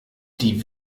die